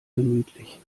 gemütlich